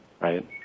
right